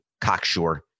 cocksure